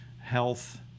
health